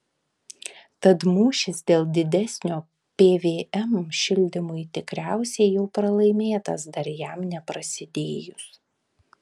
tad mūšis dėl didesnio pvm šildymui tikriausiai jau pralaimėtas dar jam neprasidėjus